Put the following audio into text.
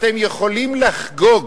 אתם יכולים לחגוג